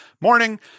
morning